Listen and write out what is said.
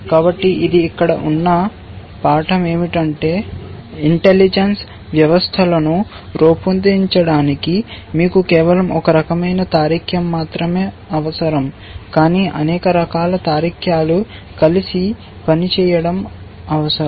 కాబట్టి ఇది ఇక్కడ ఉన్న పాఠం ఏమిటంటే ఇంటెలిజెన్స్ వ్యవస్థలను రూపొందించడానికి మీకు కేవలం ఒక రకమైన తార్కికం మాత్రమే అవసరం కానీ అనేక రకాల తార్కికాలు కలిసి పనిచేయడం అవసరం